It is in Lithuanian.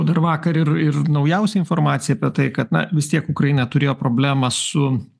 dar vakar ir ir naujausia informacija apie tai kad na vis tiek ukraina turėjo problemą su